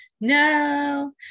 no